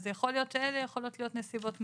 אלה יכולות להיות סיבות מיוחדות.